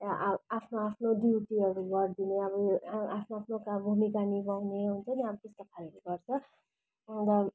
आफ्नो आफ्नो ड्युटीहरू गरिदिने अब यो आफ्नो आफ्नो भूमिका निभाउने हुन्छ नि अब त्यस्तो खालको गर्छ अन्त